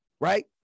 Right